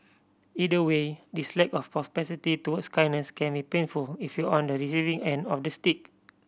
either way this lack of propensity towards kindness can be painful if you're on the receiving end of the stick